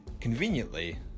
conveniently